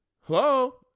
Hello